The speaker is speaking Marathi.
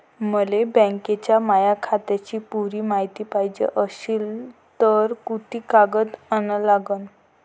मले बँकेच्या माया खात्याची पुरी मायती पायजे अशील तर कुंते कागद अन लागन?